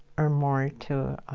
or more to